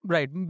Right